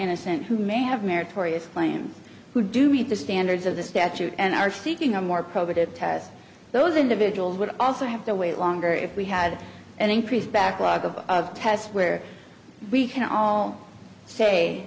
innocent who may have meritorious claims who do meet the standards of the statute and are seeking a more probative test those individuals would also have to wait longer if we had an increased backlog of of tests where we can all say